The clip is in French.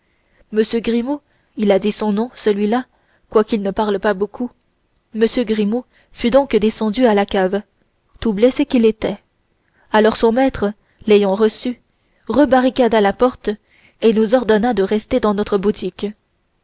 m grimaud il a dit ce nom celui-là quoiqu'il ne parle pas beaucoup m grimaud fut donc descendu à la cave tout blessé qu'il était alors son maître l'ayant reçu rebarricada la porte et nous ordonna de rester dans notre boutique